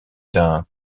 d’un